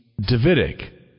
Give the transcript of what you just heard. Davidic